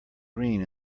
green